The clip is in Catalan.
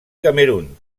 camerun